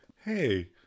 hey